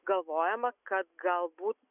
galvojama kad galbūt